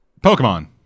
Pokemon